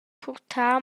purtar